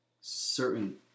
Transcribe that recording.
certain